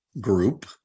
group